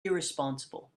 irresponsible